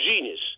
genius